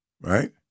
right